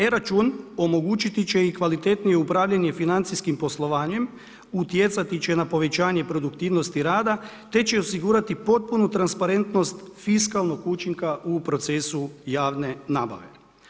E-račun omogućiti će i kvalitetnije upravljanje financijskim poslovanje, utjecati će na povećanje produktivnosti rada te će osigurati potpunu transparentnost fiskalnog učinka u procesu javne nabave.